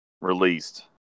released